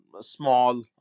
small